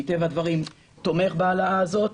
מטבע הדברים תומך בהעלאה הזאת.